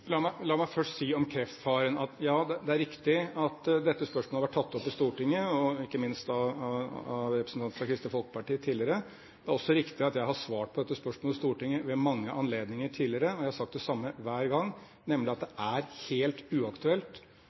La meg først si om kreftfaren at det er riktig at dette spørsmålet har vært tatt opp i Stortinget, ikke minst av representanten fra Kristelig Folkeparti, tidligere. Det er også riktig at jeg har svart på dette spørsmålet i Stortinget ved mange anledninger tidligere, og jeg har sagt det samme hver gang, nemlig at det er helt uaktuelt